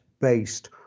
based